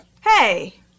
Hey